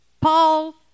Paul